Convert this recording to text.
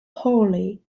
hawley